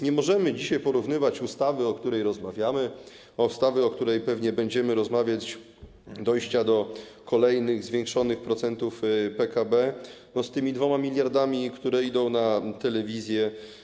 Nie możemy więc dzisiaj porównywać ustawy, o której rozmawiamy, ustawy, o której pewnie będziemy rozmawiać - chodzi o dojście do kolejnych zwiększonych procentów PKB - z tymi 2 mld, które idą na telewizję.